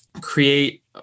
create